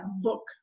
book